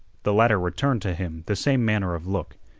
the latter returned to him the same manner of look.